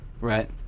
Right